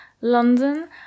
London